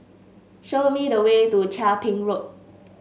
show me the way to Chia Ping Road